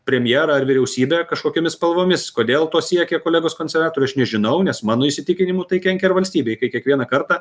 premjerą ar vyriausybę kažkokiomis spalvomis kodėl to siekia kolegos konservatoriai aš nežinau nes mano įsitikinimu tai kenkia ir valstybei kai kiekvieną kartą